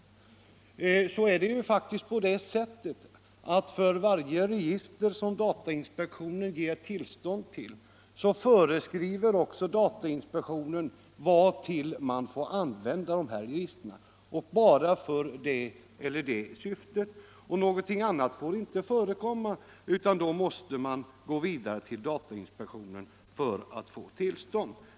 Det är emellertid faktiskt på det sättet att för varje register, som datainspektionen ger tillstånd till, föreskriver också datainspektionen vartill man får använda detta — bara för det eller det syftet. Man måste gå till datainspektionen för att få tillstånd om man önskar använda uppgifterna till någonting annat.